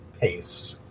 pace